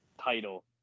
title